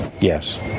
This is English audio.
Yes